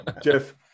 jeff